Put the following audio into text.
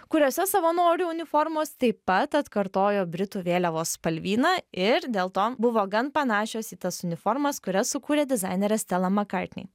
kuriose savanorių uniformos taip pat atkartojo britų vėliavos spalvyną ir dėl to buvo gan panašios į tas uniformas kurias sukūrė dizainerė stela makartney